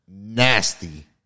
nasty